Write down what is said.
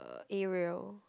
area